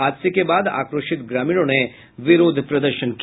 हादसे के बाद आक्रोशित ग्रामीणों ने विरोध प्रदर्शन किया